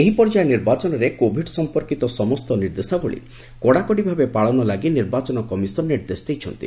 ଏହି ପର୍ଯ୍ୟାୟ ନିର୍ବାଚନରେ କୋଭିଡ୍ ସଂପର୍କିତ ସମସ୍ତ ନିର୍ଦ୍ଦେଶାବଳୀ କଡ଼ାକଡ଼ି ଭାବେ ପାଳନ ଲାଗି ନିର୍ବାଚନ କମିଶନ୍ ନିର୍ଦ୍ଦେଶ ଦେଇଛନ୍ତି